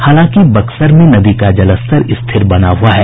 हालांकि बक्सर में नदी का जलस्तर स्थिर बना हुआ है